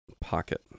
pocket